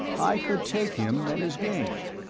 i could take him at his game.